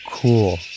Cool